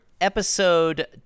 episode